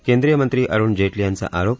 केंद्रीय मंत्री अरुण जेटली यांचा आरोप